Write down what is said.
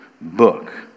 book